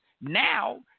Now